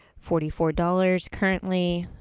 forty four dollars currently,